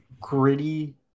gritty